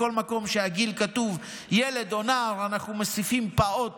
בכל מקום שבגיל כתוב ילד או נער אנחנו מוסיפים פעוט